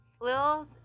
Little